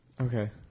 Okay